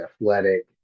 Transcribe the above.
athletic